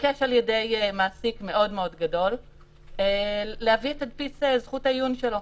התבקש על ידי מעסיק מאוד מאוד גדול להביא את תדפיס זכות העיון שלו,